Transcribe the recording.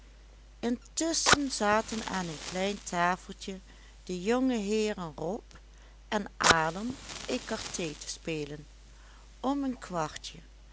intusschen zaten aan een klein tafeltje de jonge heeren rob en adam écarté te spelen om een kwartje